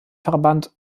verband